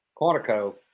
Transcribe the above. Quantico